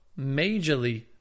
majorly